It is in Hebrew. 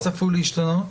מתי זה צפוי להשתנות?